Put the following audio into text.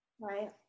Right